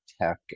tech